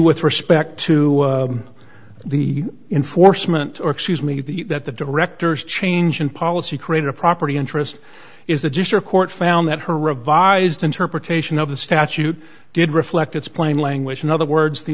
with respect to the enforcement or excuse me the that the director's change in policy created a property interest is the district court found that her revised interpretation of the statute did reflect its plain language in other words the